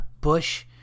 Bush